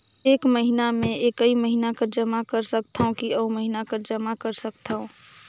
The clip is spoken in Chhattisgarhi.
एक महीना मे एकई महीना कर जमा कर सकथव कि अउ महीना कर जमा कर सकथव?